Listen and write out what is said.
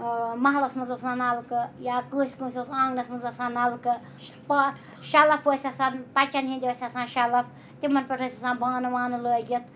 مَحلَس منٛز اوس آسان نَلکہٕ یا کٲنٛسہِ کٲنٛسہِ اوس آنٛگنَس منٛز آسان نَلکہٕ پاتھ شَلَف ٲسۍ آسان پَچَن ہِنٛدۍ ٲسۍ آسان شَلَف تِمَن پٮ۪ٹھ ٲسۍ آسان بانہٕ وانہٕ لٲگِتھ